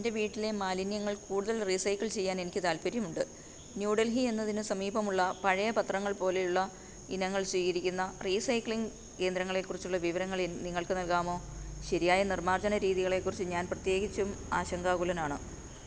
എൻ്റെ വീട്ടിലെ മാലിന്യങ്ങൾ കൂടുതൽ റീസൈക്കിൾ ചെയ്യാൻ എനിക്ക് താൽപ്പര്യമുണ്ട് ന്യൂഡൽഹി എന്നതിന് സമീപമുള്ള പഴയ പത്രങ്ങൾ പോലെയുള്ള ഇനങ്ങൾ സ്വീകരിക്കുന്ന റീസൈക്ലിംഗ് കേന്ദ്രങ്ങളെ കുറിച്ചുള്ള വിവരങ്ങൾ നിങ്ങൾക്ക് നൽകാമോ ശരിയായ നിർമ്മാർജന രീതികളെ കുറിച്ച് ഞാൻ പ്രത്യേകിച്ചും ആശങ്കാകുലനാണ്